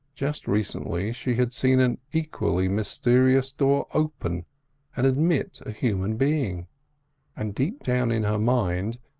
just recently she had seen an equally mysterious door open and admit a human being and deep down in her mind,